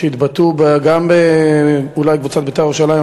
שהתבטאו גם אולי בקבוצת "בית"ר ירושלים",